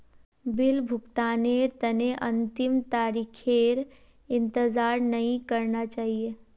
bill भुगतानेर तने अंतिम तारीखेर इंतजार नइ करना चाहिए